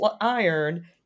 iron